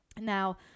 Now